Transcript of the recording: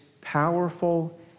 powerful